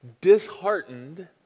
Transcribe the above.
Disheartened